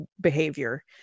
behavior